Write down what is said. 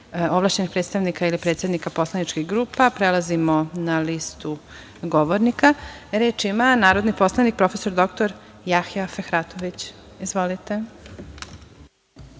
ovlašćenih predstavnika ili predsednika poslaničkih grupa, prelazimo na listu govornika. Reč ima narodni poslanik prof. dr Jahja Fehratović. Izvolite.